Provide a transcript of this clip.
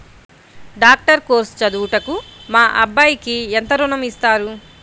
Doctor course చదువుటకు మా అబ్బాయికి ఎంత ఋణం ఇస్తారు?